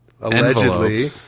Allegedly